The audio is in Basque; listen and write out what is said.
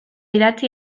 idatzi